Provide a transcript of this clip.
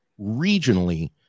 regionally